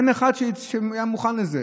אין אחד שהיה מוכן לזה.